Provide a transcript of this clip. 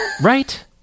Right